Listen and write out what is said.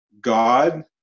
God